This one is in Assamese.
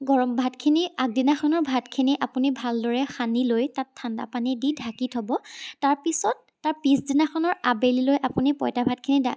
গৰম ভাতখিনি আগদিনাখনৰ ভাতখিনি আপুনি ভালদৰে সানি লৈ তাত ঠাণ্ডা পানী দি ঢাকি থ'ব তাৰপিছত তাৰ পিছদিনাখনৰ আবেলিলৈ আপুনি পঁইতা ভাতখিনি দা